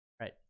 right